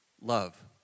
love